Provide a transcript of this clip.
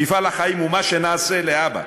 מפעל החיים הוא מה שנעשה להבא.